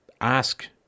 ask